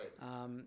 Right